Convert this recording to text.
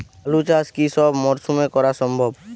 আলু চাষ কি সব মরশুমে করা সম্ভব?